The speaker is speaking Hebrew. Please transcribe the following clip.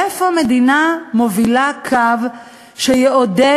איפה המדינה מובילה קו שיעודד,